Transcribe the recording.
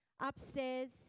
Upstairs